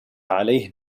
عليه